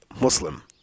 Muslim